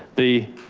the.